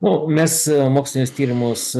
mes mokslinius tyrimus